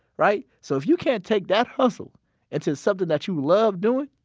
right? so if you can't take that hustle into something that you love doing,